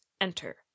enter